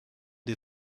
des